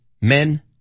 men